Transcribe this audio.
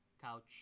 couch